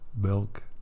Milk